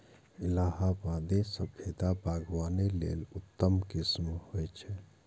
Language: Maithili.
इलाहाबादी सफेदा बागवानी लेल उत्तम किस्म होइ छै